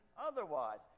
otherwise